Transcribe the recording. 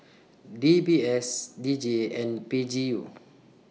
D B S D J and P G U